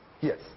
Yes